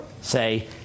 say